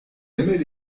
aimait